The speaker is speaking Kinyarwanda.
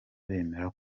bemera